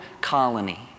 colony